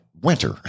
Winter